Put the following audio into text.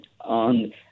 on